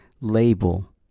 label